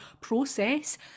process